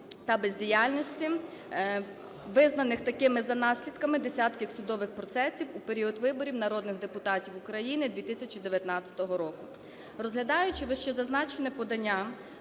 та бездіяльності визнаних такими за наслідками десятків судових процесів в період виборів народних депутатів України 2019 року. Розглядаючи вищезазначене подання